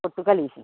ಕೊಟ್ಟು ಕಳಿಸಿ